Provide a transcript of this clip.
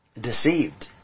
deceived